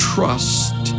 Trust